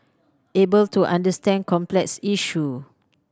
able to understand complex issue